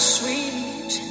sweet